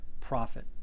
profit